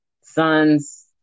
son's